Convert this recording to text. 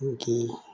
ꯒꯤ